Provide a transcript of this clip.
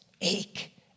ache